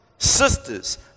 Sisters